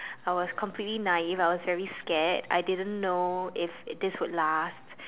I was completely naive I was very scared I didn't know if this would last